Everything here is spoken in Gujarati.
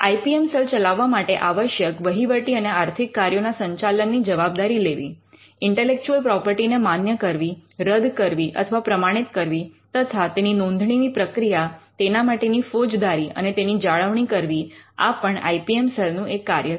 આઇ પી એમ સેલ ચલાવવા માટે આવશ્યક વહીવટી અને આર્થિક કાર્યોના સંચાલનની જવાબદારી લેવી ઇન્ટેલેક્ચુઅલ પ્રોપર્ટી ને માન્ય કરવી રદ કરવી અથવા પ્રમાણિત કરવી તથા તેની નોંધણીની પ્રક્રિયા તેના માટેની ફોજદારી અને તેની જાળવણી કરવી આ પણ આઇ પી એમ સેલ નું એક કાર્ય છે